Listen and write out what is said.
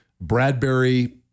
Bradbury